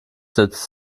setzt